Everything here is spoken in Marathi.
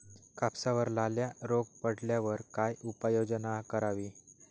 कापसावर लाल्या रोग पडल्यावर काय उपाययोजना करावी?